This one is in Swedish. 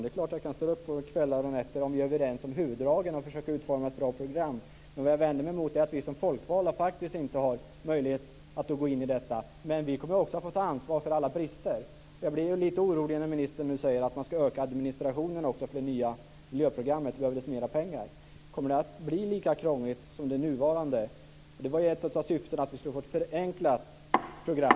Det är klart att jag kan ställa upp på kvällar och nätter om vi är överens om huvuddragen för ett bra program. Men vi som är folkvalda har ingen möjlighet att delta i detta arbete, fast vi kommer ju senare att få ta ansvar för alla brister. Sedan blir vi lite oroliga när ministern säger att man ska öka administrationen för det nya miljöprogrammet och att det då behövs mera pengar. Kommer det att bli lika krångligt som det nuvarande? Ett av syftena var ju att det skulle bli ett förenklat program.